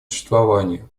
существованию